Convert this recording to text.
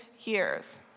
years